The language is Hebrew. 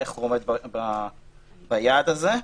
איך הם עומדים ביעד הזה.